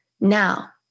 Now